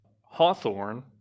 Hawthorne